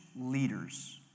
leaders